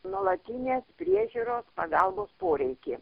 nuolatinės priežiūros pagalbos poreikį